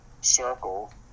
circle